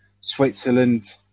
Switzerland